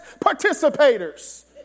participators